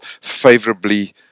favorably